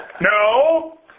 No